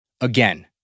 Again